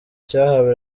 cyahawe